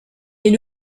est